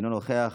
אינו נוכח,